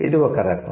ఇది ఒక రకం